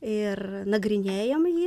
ir nagrinėjam jį